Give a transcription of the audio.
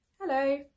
hello